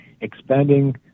expanding